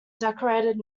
decorated